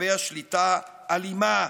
לקבע שליטה אלימה,